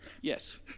Yes